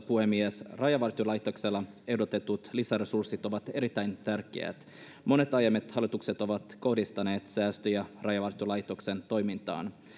puhemies rajavartiolaitokselle ehdotetut lisäresurssit ovat erittäin tärkeät monet aiemmat hallitukset ovat kohdistaneet säästöjä rajavartiolaitoksen toimintaan